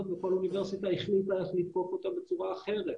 וכל אוניברסיטה החליטה איך לתקוף אותה בצורה אחרת.